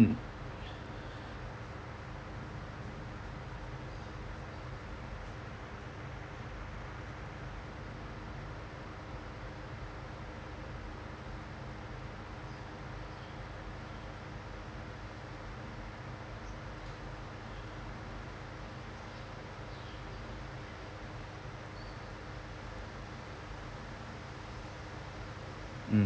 mm mm